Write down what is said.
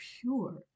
pure